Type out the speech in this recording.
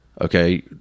Okay